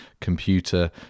computer